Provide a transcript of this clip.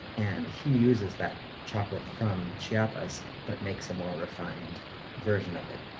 and he uses that chocolate from chiapas but makes a more refined version of it.